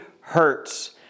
hurts